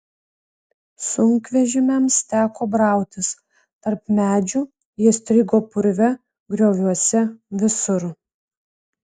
sunkvežimiams teko brautis tarp medžių jie strigo purve grioviuose visur